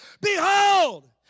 Behold